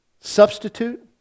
substitute